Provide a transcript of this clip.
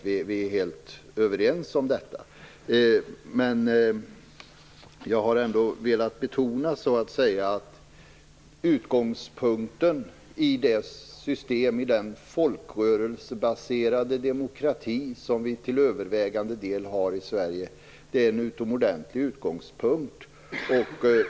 Vi är helt överens om det. Jag har ändå velat betona att utgångspunkten i den folkrörelsebaserade demokrati som vi till övervägande del har i Sverige är en utomordentlig utgångspunkt.